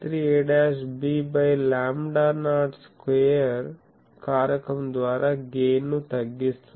3ab by lambda naught square కారకం ద్వారా గెయిన్ను తగ్గిస్తుంది